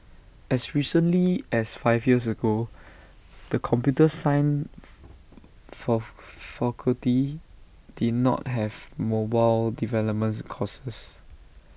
as recently as five years ago the computer science fall faculty did not have mobile developments courses